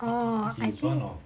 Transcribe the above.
orh I think